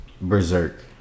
Berserk